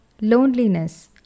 Loneliness